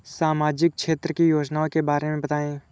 सामाजिक क्षेत्र की योजनाओं के बारे में बताएँ?